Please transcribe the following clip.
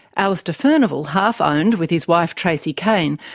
alastair furnival half-owned, with his wife tracey cain,